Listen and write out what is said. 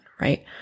right